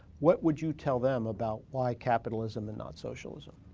what would you tell them about why capitalism and not socialism?